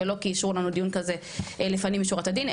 ולא כי אישרו לנו דיון כזה לפנים משורת הדין,